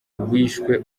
wishwe